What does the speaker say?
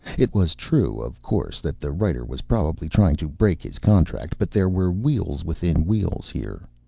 it was true, of course, that the writer was probably trying to break his contract. but there were wheels within wheels here.